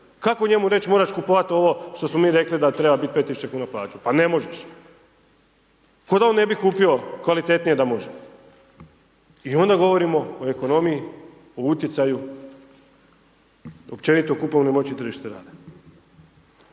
kako njemu reći, moraš kupovati ovo što smo mi rekli da treba biti 5.000,00 kn, pa ne možeš. Kao da on ne bi kupio kvalitetnije da može i onda govorimo o ekonomiji, o utjecaju, općenito o kupovnoj moći tržišta rada.